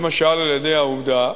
למשל, על-ידי העובדה